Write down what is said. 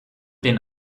den